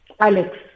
Alex